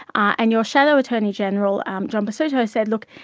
and your shadow attorney-general um john pesutto said, look,